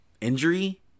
injury